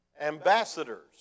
ambassadors